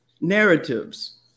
narratives